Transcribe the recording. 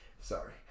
sorry